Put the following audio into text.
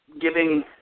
giving